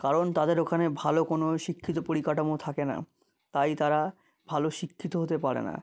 কারণ তাদের ওখানে ভালো কোনো শিক্ষিত পরিকাঠামো থাকে না তাই তারা ভালো শিক্ষিত হতে পারে না